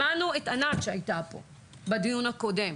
שמענו את ענת, שהייתה פה בדיון הקודם: